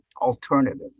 alternative